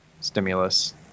stimulus